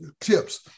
tips